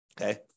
Okay